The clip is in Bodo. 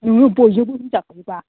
नों बयजोंबो होनजागोन दा